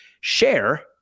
share